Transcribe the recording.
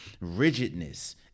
rigidness